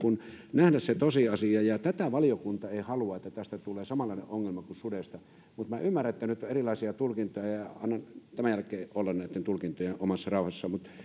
nähdä se tosiasia ja tätä valiokunta ei halua että tästä tulee samanlainen ongelma kuin sudesta mutta minä ymmärrän että nyt on erilaisia tulkintoja ja annan tämän jälkeen näitten tulkintojen olla omassa rauhassaan